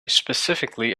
specifically